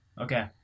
Okay